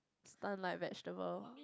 stunned like vegetable